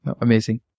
Amazing